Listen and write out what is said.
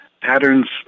patterns